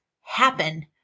happen